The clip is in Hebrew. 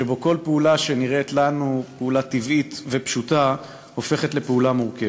וכל פעולה שנראית לנו פעולה טבעית ופשוטה הופכת לפעולה מורכבת.